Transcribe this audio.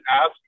ask